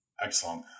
excellent